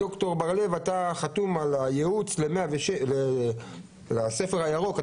ד"ר לב, אתה חתום על הייעוץ לספר הירוק.